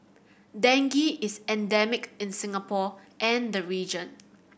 dengue is endemic in Singapore and the region